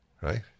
Right